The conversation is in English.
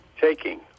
taking